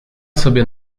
sobie